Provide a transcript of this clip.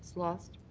so lost.